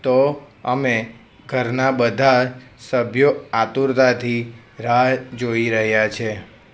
તો અમે ઘરના બધા સભ્યો આતુરતાથી રાહ જોઈ રહ્યા છે